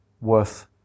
worth